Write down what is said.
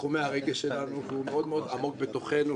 לתחומי הרגש שלנו, והוא מאוד מאוד עמוק בתוכנו.